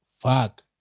fuck